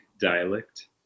dialect